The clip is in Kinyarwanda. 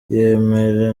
yemera